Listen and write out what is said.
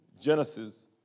Genesis